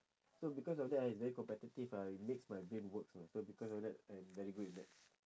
so because of that ah it's very competitive ah it makes my brain works know so because of that I'm very good in maths